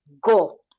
Go